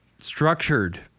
structured